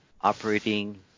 operating